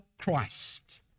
Christ